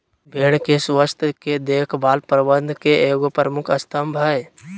भेड़ के स्वास्थ के देख भाल प्रबंधन के एगो प्रमुख स्तम्भ हइ